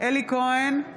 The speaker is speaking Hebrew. אלי כהן,